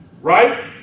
Right